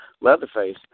Leatherface